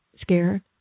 scared